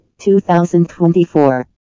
2024